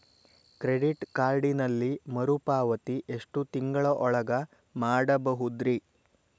Credit ಕಾರ್ಡಿನಲ್ಲಿ ಮರುಪಾವತಿ ಎಷ್ಟು ತಿಂಗಳ ಒಳಗ ಮಾಡಬಹುದ್ರಿ?